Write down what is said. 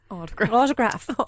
Autograph